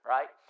Right